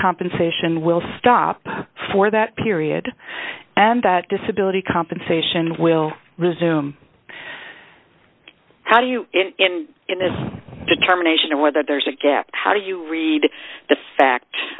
compensation will stop for that period and that disability compensation will resume how do you in the determination of whether there's a gap how do you read the